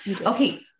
Okay